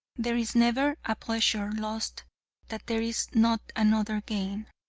there is never a pleasure lost that there is not another gained.